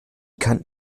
kann